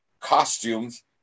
costumes